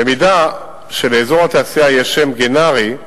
במידה שלאזור התעשייה יש שם גנרי,